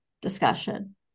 discussion